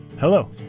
Hello